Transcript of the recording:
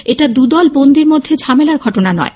এটা দু দল বন্দীর মধ্যে ঝামেলার ঘটনা নয়